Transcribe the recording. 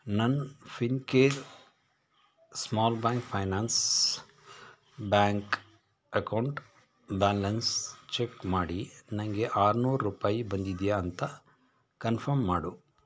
ನನ್ನ Fincare small bank finance bank account balance check ಮಾಡಿ ನನಗೆ ಆರ್ನೂರು ರೂಪಾಯಿ ಬಂದಿದೆಯಾ ಅಂತ ಕನ್ಫರ್ಮ್ ಮಾಡು